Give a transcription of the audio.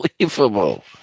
unbelievable